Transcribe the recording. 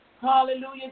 Hallelujah